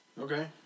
Okay